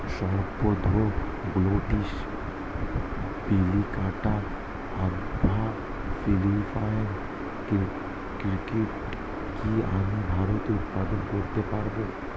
Spathoglottis plicata অথবা Philippine orchid কি আমি ভারতে উৎপাদন করতে পারবো?